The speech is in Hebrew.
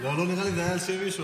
לא, לא נראה לי שזה היה על שם מישהו.